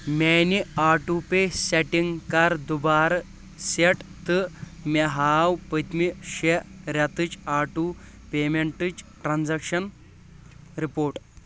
میٲنہِ اٹو پے سیٹنگ کر دُوبارٕ سیٹ تہٕ مےٚ ہاو پٔتمہِ شیٚے رٮ۪تٕچ آٹو پیمنٹٕچ ٹرانزیکشن رِپوٹ